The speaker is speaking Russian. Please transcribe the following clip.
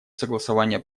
согласования